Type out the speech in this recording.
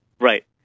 Right